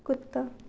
कुत्ता